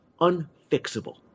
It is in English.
Unfixable